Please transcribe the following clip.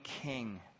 king